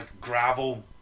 gravel